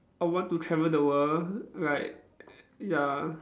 I would want to travel the world like ya